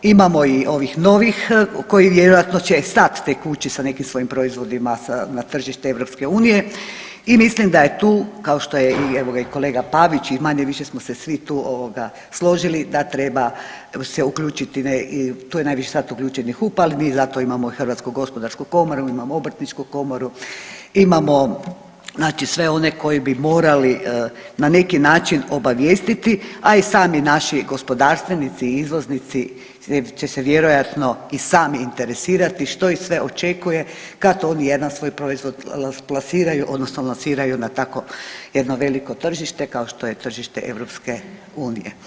Imamo i ovih novih koji vjerojatno će sad tek ući sa nekim svojim proizvodima na tržište EU i mislim da je tu kao što je i evo ga i kolega Pavić i manje-više smo se svi tu ovoga složili da treba se uključiti, tu je najviše sada uključen i HUP, ali mi za to imamo i HGK, imamo Obrtničku komoru, imamo znači sve one koji bi morali na neki način obavijestiti, a i sami naši gospodarstvenici i izvoznici će se vjerojatno i sami interesirati što ih sve očekuje kad oni jedan svoj proizvod plasiraju odnosno lansiraju na tako jedno veliko tržište, kao što je tržište EU.